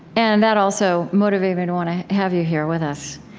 and that also motivated me to want to have you here with us.